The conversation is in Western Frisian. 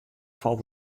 falt